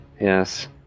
yes